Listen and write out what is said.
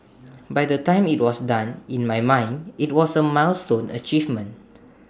by the time IT was done in my mind IT was A milestone achievement